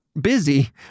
busy